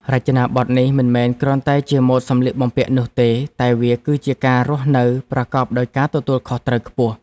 រចនាប័ទ្មនេះមិនមែនគ្រាន់តែជាម៉ូដសម្លៀកបំពាក់នោះទេ តែវាគឺជាការរស់នៅប្រកបដោយការទទួលខុសត្រូវខ្ពស់។